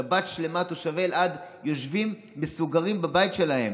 שבת שלמה תושבי אלעד יושבים מסוגרים בבית שלהם,